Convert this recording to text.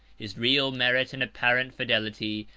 his real merit, and apparent fidelity,